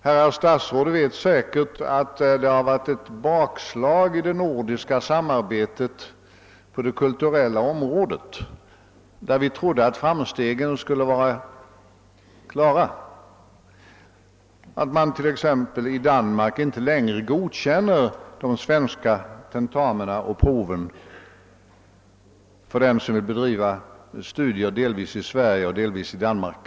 Herrar statsråd vet ju också att det har blivit ett bakslag i det nordiska samarbetet på det kulturella området, där vi trodde att framstegsvägarna var klara. I Danmark godkänner man nu inte längre svenska tentamina och prov för den som vill bedriva studier dels i Sverige, dels i Danmark.